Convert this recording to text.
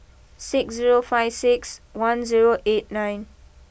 six zero five six one zero eight nine